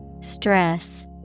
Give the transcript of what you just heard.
Stress